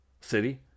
city